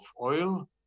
oil